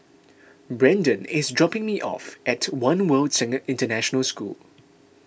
Brenden is dropping me off at one World International School